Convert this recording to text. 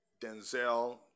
Denzel